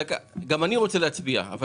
גם אני רוצה להצביע.